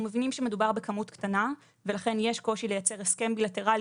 אנחנו מבינים שמדובר בכמות קטנה ולכן יש קושי לייצר הסכם בילטרלי